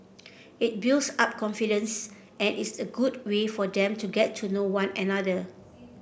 it builds up confidence and is a good way for them to get to know one another